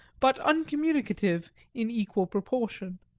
but uncommunicative in equal proportion.